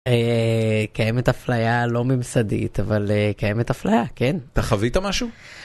קיימת אפליה לא ממסדית, אבל קיימת אפליה, כן. אתה חווית משהו?